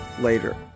later